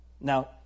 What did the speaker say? Now